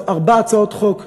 הצעות חוק הגשתי,